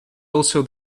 also